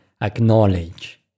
acknowledge